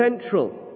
central